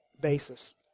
basis